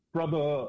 Brother